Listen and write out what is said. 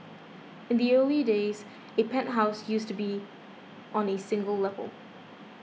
in the early days a penthouse used to be on a single level